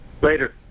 Later